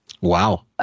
Wow